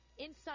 Inside